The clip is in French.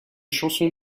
chansons